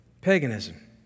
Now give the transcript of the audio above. Paganism